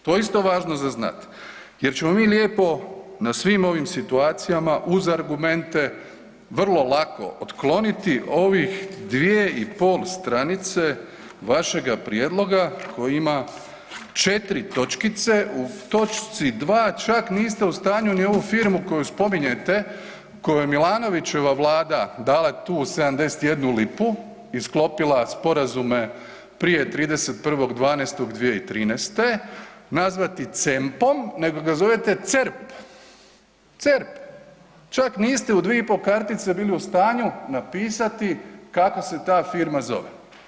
To je isto važno za znati jer ćemo mi lijepo na svim ovim situacijama uz argumente vrlo lako otkloniti ovih 2 i pol strance vašega prijedloga koji ima 4 točkice, u točci 2 čak niste u stanju ni ovu firmu koju spominjete, kojoj je Milanovićeva vlada dala tu 71 lipu i sklopila sporazume prije 31.12.2013. nazvati CEMP-om nego ga zovete CERP, CERP, čak niste u dvi i po kartice bili u stanju napisati kako se ta firma zove.